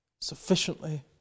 sufficiently